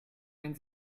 wenn